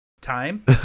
Time